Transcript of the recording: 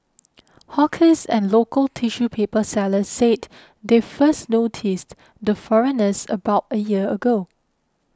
hawkers and local tissue paper sellers said they first noticed the foreigners about a year ago